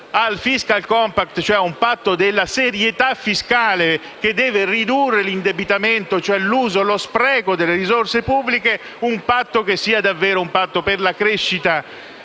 al *fiscal compact*, cioè ad un patto della serietà fiscale (che deve ridurre l'indebitamento, ovvero lo spreco delle risorse pubbliche), un patto che sia davvero per la crescita